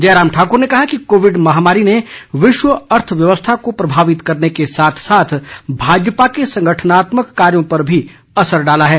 जयराम ठाकुर ने कहा कि कोविड महामारी ने विश्व अर्थव्यवस्था को प्रभावित करने के साथ साथ भाजपा के संगठनात्मक कार्यों पर भी असर डाला है